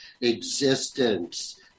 existence